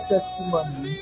Testimony